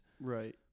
Right